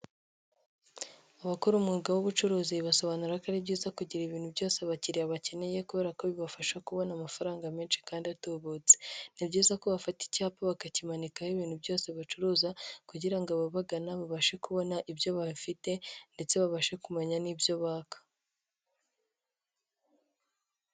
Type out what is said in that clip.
Abakora umwuga w'ubucuruzi basobanura ko ari byiza kugira ibintu byose abakiriya bakeneye kubera ko bibafasha kubona amafaranga menshi kandi atubutse. Ni byiza ko bafata icyapa bakakimanikaho ibintu byose bacuruza kugira ngo ababagana babashe kubona ibyo bafite ndetse babashe kumenya n'ibyo baka.